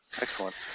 Excellent